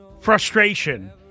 Frustration